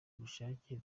ubushake